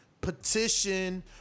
petition